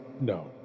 No